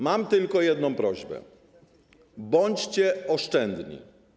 Mam tylko jedną prośbę: bądźcie oszczędni.